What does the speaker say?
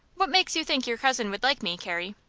what makes you think your cousin would like me, carrie?